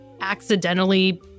accidentally